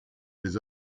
les